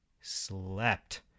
slept